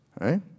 right